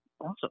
Awesome